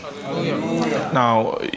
Now